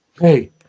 Hey